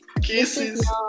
Kisses